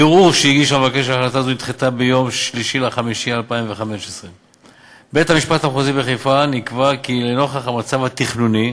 ערעור שהגיש המבקש על החלטה זו נדחה ביום 3 במאי 2015. בבית-המשפט המחוזי בחיפה נקבע כי לנוכח המצב התכנוני,